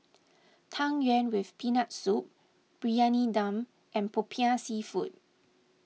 Tang Yuen with Peanut Soup Briyani Dum and Popiah Seafood